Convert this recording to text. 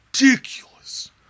ridiculous